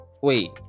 wait